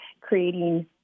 creating